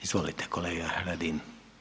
Izvolite kolega Radin.